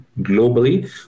globally